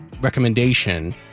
recommendation